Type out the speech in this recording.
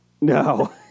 No